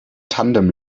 tandem